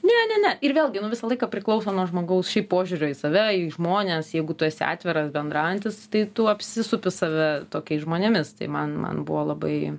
ne ne ne ir vėlgi nu visą laiką priklauso nuo žmogaus šiaip požiūrio į save į žmones jeigu tu esi atviras bendraujantis tai tu apsisupi save tokiais žmonėmis tai man man buvo labai